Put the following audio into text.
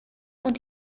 und